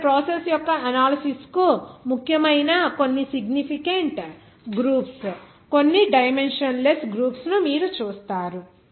అక్కడ ప్రాసెస్ యొక్క అనాలిసిస్ కు ముఖ్యమైన కొన్ని సిగ్నిఫికెంట్ గ్రూప్స్ కొన్ని డైమెన్షన్ లెస్ గ్రూప్స్ ను మీరు చూస్తారు